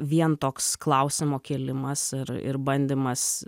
vien toks klausimo kėlimas ir ir bandymas